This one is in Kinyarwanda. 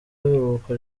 iruhuko